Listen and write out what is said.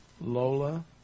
Lola